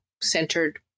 centered